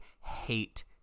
hate